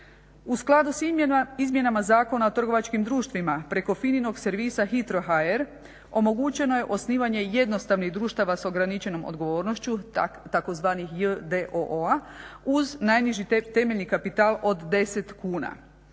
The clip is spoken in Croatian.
U skladu sa Izmjenama zakona o trgovačkim društvima preko FINA-inog servisa hitro.hr omogućeno je osnivanje jednostavnih društava sa ograničenom odgovornošću tzv. j.d.o.o-a uz najniži temeljni kapital od 10 kuna.